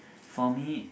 for me